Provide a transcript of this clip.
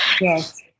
yes